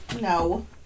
no